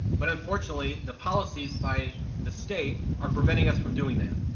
but unfortunately, the policy's by the state are preventing us from doing that.